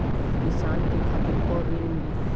किसान के खातिर कौन ऋण मिली?